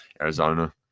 Arizona